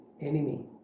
enemy